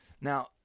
Now